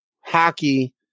hockey